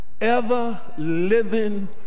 ever-living